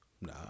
Nah